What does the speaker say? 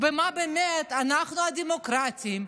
אנחנו דמוקרטים,